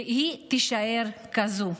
והיא תישאר כזאת.